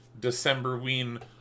Decemberween